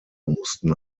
mussten